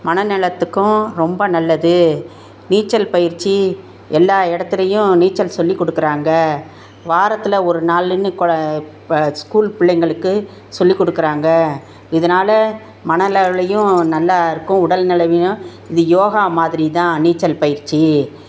மன நலத்துக்கும் ரொம்ப நல்லது நீச்சல் பயிற்சி எல்லா இடத்துலையும் நீச்சல் சொல்லிக் கொடுக்கறாங்க வாரத்தில் ஒரு நாளுன்னு கொல இப்போ ஸ்கூல் பிள்ளைங்களுக்கு சொல்லிக் கொடுக்கறாங்க இதனால் மன அளவிலயும் நல்லாயிருக்கும் உடல் நிலமையும் இது யோகா மாதிரி தான் நீச்சல் பயிற்சி